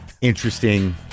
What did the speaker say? interesting